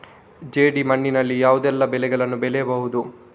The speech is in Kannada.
ಜೇಡಿ ಮಣ್ಣಿನಲ್ಲಿ ಯಾವುದೆಲ್ಲ ಬೆಳೆಗಳನ್ನು ಬೆಳೆಯಬಹುದು?